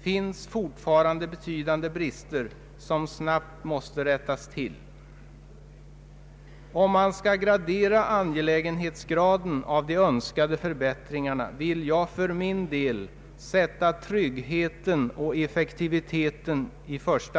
finns fortfarande betydande brister som snabbt måste rättas till. För att gradera angelägenheten av de önskade förbättringarna vill jag sätta tryggheten och effektiviteten som nummer ett.